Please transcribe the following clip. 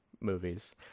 movies